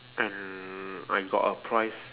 and I got a prize